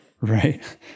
Right